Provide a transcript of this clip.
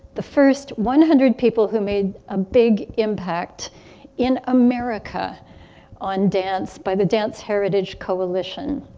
the first one hundred people who made a big impact in america on dance by the dance heritage coalition.